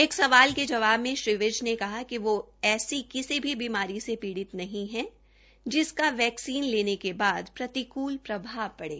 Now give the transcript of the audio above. एक सवाल के जवाब मे श्री विज ने कहा कि वो ऐसी किसी भी बीमारी कसे पीड़ित नहीं है जिसका वैक्सीन लेने के बाद प्रतिकूल प्रभाव पड़े